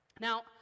Now